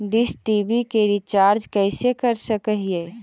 Dish TV के recharge कैसे कर सक हिय?